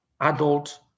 adult